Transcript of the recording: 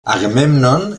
agamèmnon